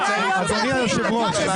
אם